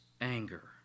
anger